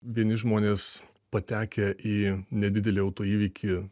vieni žmonės patekę į nedidelį autoįvykį